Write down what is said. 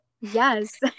Yes